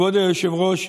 כבוד היושב-ראש,